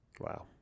Wow